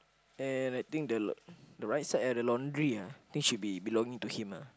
and I think the lau~ the right side at the laundry ah I think it should be belonging to him ah